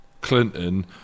Clinton